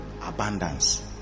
Abundance